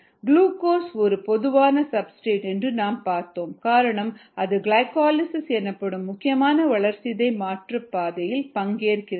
glucose ஒரு பொதுவான substrate என்று நாம் பார்த்தோம் காரணம் அது கிளைகோலிசிஸ் எனப்படும் முக்கியமான வளர்சிதை மாற்ற பாதையில் பங்கேற்கிறது